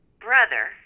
brother